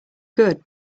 good